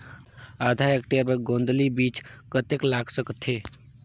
आधा हेक्टेयर बर गोंदली बीच कतेक लाग सकथे?